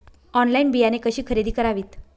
Online बियाणे कशी खरेदी करावीत?